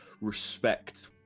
respect